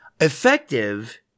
effective